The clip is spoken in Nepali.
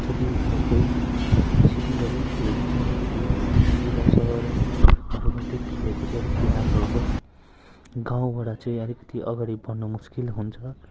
जतिसक्दो सिटीबाट खेलेको चाहिँ अलिकति सिटी र सहरहरूबाट खेलेको चाहिँ अलिकति राम्रो हो गाउँबाट चाहिँ अलिकति अगाडि बढ्नु मुस्किल हुन्छ